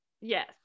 Yes